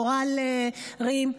קורל רים.